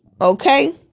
okay